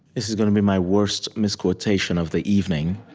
this is going to be my worst misquotation of the evening.